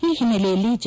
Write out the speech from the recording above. ಈ ಹಿನ್ನೆಲೆಯಲ್ಲಿ ಜೆ